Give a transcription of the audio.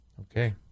Okay